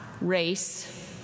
race